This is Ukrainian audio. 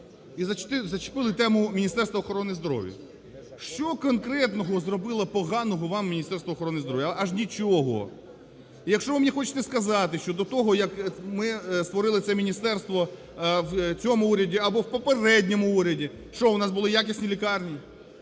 і зачепили тему Міністерства охорони здоров'я. Що конкретного зробило поганого вам Міністерство охорони здоров'я? Аж нічого. І якщо ви мені хочете сказати щодо того, як ми створили це міністерство в цьому уряді, або в попередньому уряді, що, у нас були якісні лікарні?